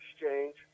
exchange